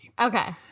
Okay